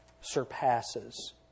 surpasses